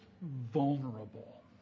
vulnerable